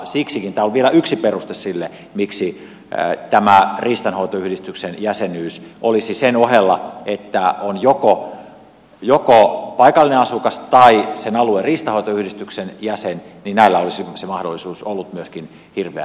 siksikin tämä on vielä yksi peruste sille miksi tämä riistanhoitoyhdistyksen jäsenyys olisi siinä ohella niin että jos on joko paikallinen asukas tai sen alueen riistanhoitoyhdistyksen jäsen niin olisi mahdollisuus ollut myöskin hirveä ampua